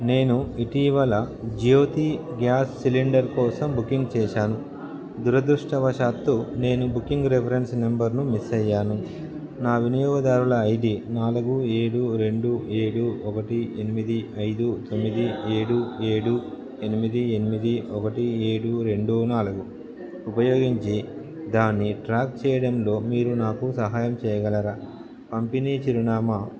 నేను ఇటీవల Jyothi gas cylinder కోసం బుకింగ్ చేసాను దురదృష్టవశాత్తు నేను బుకింగ్ రిఫరెన్స్ నంబర్ను మిస్ అయ్యాను నా వినియోగదారుల ఐడీ నాలుగు ఏడు రెండు ఏడు ఒకటి ఎనిమిది ఐదు తొమ్మిది ఏడు ఏడు ఎనిమిది ఎనిమిది ఒకటి ఏడు రెండు నాలుగు ఉపయోగించి దాన్ని ట్రాక్ చేయడంలో మీరు నాకు సహాయం చేయగలరా పంపిణీ చిరునామా